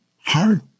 hard